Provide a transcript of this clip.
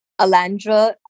Alandra